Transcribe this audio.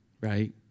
right